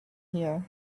here